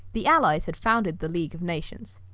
the allies had founded the league of nations.